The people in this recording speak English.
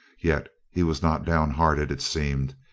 yet he was not downhearted, it seemed.